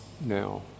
now